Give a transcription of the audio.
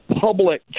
public